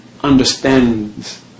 understands